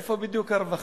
איפה בדיוק הרווחה?